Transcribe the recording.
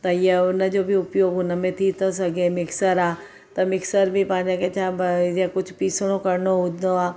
त ईअं उनजो बि उपयोगु हुन में थी थो सघे मिक्सर आहे त मिक्सर बि पंहिंजे ज भ कुझु जीअं पीसिणो करणो हूंदो आहे